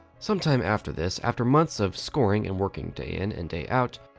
some time after this, after months of scoring and working day in and day out,